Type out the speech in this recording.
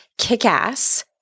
KICKASS